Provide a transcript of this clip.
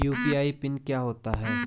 UPI PIN क्या होता है?